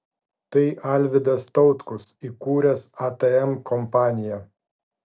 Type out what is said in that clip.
tai alvidas tautkus įkūręs atm kompaniją